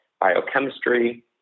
biochemistry